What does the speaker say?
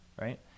right